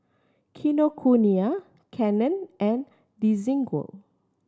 Kinokuniya Canon and Desigual